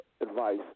advice